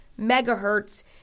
megahertz